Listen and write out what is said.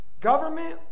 government